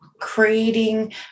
creating